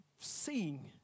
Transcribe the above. seeing